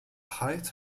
height